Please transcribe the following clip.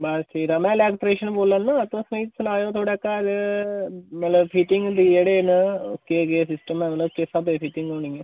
बस ठीक ठाक में इलैक्ट्रीशियन बोल्ला नां तुस मिकी सनाएओ थुआढ़े घर मतलब फिटिंग दी जेह्ड़े न केह् केह् सिस्टम ऐ मतलब किस स्हाबै दी फिटिंग होनी ऐ